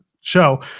show